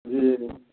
जी